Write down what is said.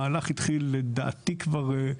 למה להפיל עליהם את הכול?